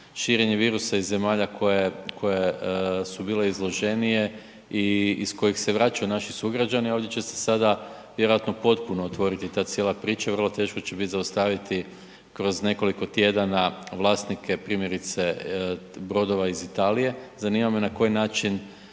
širenje virusa i zemalja koje su bile izloženije i iz kojih se vraćaju naši sugrađani, ali će se sada vjerojatno potpuno otvoriti ta cijela priča i vrlo teško će bit zaustaviti kroz nekoliko tjedana vlasnike primjerice brodova iz Italije, zanima me na koji način